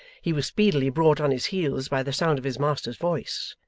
he was speedily brought on his heels by the sound of his master's voice,